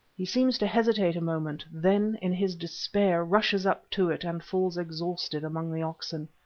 he seems to hesitate a moment, then in his despair rushes up to it, and falls exhausted among the oxen.